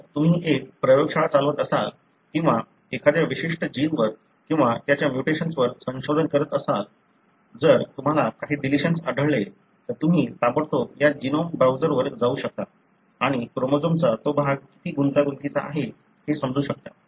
जर तुम्ही एक प्रयोगशाळा चालवत असाल किंवा एखाद्या विशिष्ट जीनवर किंवा त्याच्या म्युटेशन्सवर संशोधन करत असाल जर तुम्हाला काही डिलिशन्स आढळले तर तुम्ही ताबडतोब या जीनोम ब्राउझरवर जाऊ शकता आणि क्रोमोझोमचा तो भाग किती गुंतागुंतीचा आहे हे समजू शकता